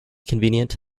convenient